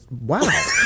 wow